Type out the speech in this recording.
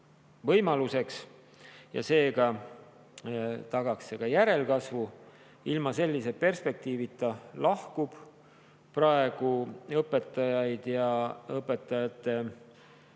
võimalusteks ja seega tagaks see ka järelkasvu. Ilma sellise perspektiivita lahkub praegu õpetajaid. Õpetajate